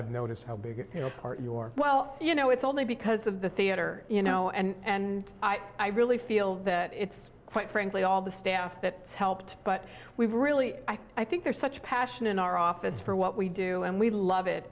i've noticed how big you know your well you know it's only because of the theater you know and i really feel that it's quite frankly all the staff that helped but we've really i think there's such passion in our office for what we do and we love it